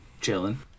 chilling